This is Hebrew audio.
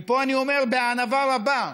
ופה אני אומר בענווה רבה: